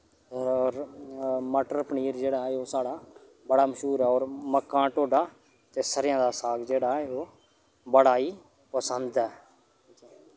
होर मटर पनीर जेह्ड़ा ओह् साढ़ा बड़ा मश्हूर ऐ होर मक्कां दा टोडा ते सरेआं दा साग जेह्ड़ा ओह् बड़ा ही पसंद ऐ